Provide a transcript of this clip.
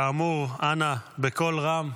כאמור, אנא, בקול רם.